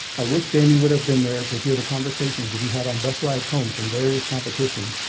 i wish jamie would have been there to hear the conversations we had on bus rides home from various competitions,